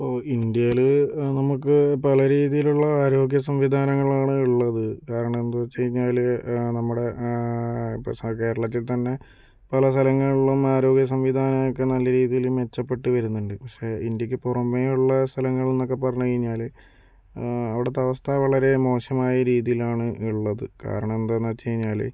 ഇപ്പോൾ ഇന്ത്യയിൽ നമുക്ക് പല രീതിയിലുള്ള ആരോഗ്യ സംവിധാനങ്ങളാണ് ഉള്ളത് കാരണമെന്നു വച്ചു കഴിഞ്ഞാൽ നമ്മുടെ കേരളത്തിൽ തന്നെ പല സ്ഥലങ്ങളിലും ആരോഗ്യ സംവിധാനമൊക്കെ നല്ല രീതിയിൽ മെച്ചപ്പെട്ടു വരുന്നുണ്ട് പക്ഷെ ഇന്ത്യയ്ക്ക് പുറമെയുള്ള സ്ഥലങ്ങളെന്നൊക്കെ പറഞ്ഞു കഴിഞ്ഞാൽ അവിടുത്തെ അവസ്ഥ വളരെ മോശമായ രീതിയിലാണ് ഉള്ളത് കാരണം എന്തെന്നു വച്ച് കഴിഞ്ഞാൽ